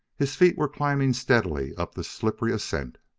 his feet were climbing steadily up the slippery ascent.